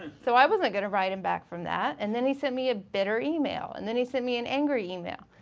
so i wasn't gonna write him back from that. and then he sent me a bitter email, and then he sent me an angry email.